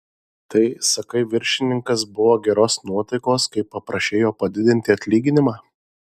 tai sakai viršininkas buvo geros nuotaikos kai paprašei jo padidinti atlyginimą